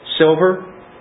silver